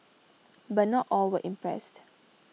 but not all were impressed